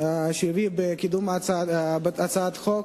שלו בקידום הצעת החוק,